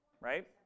right